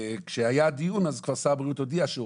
וכשהיה הדיון, אז כבר שר הבריאות הודיע שהוא